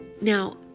now